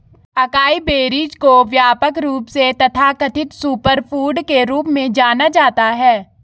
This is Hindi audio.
अकाई बेरीज को व्यापक रूप से तथाकथित सुपरफूड के रूप में जाना जाता है